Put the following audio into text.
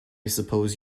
suppose